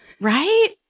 right